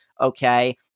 Okay